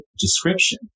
description